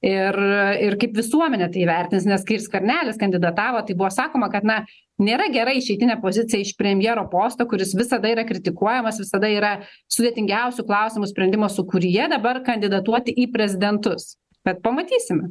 ir ir kaip visuomenė tai vertins nes kai ir skvernelis kandidatavo tai buvo sakoma kad na nėra gera išeitinė pozicija iš premjero posto kuris visada yra kritikuojamas visada yra sudėtingiausių klausimų sprendimo sūkuryje dabar kandidatuoti į prezidentus bet pamatysime